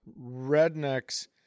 rednecks